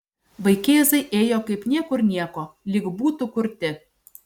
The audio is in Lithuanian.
vaikėzai ėjo kaip niekur nieko lyg būtų kurti